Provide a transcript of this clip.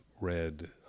read